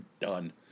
done